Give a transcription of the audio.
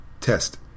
Test